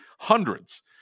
hundreds